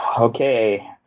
Okay